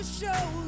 show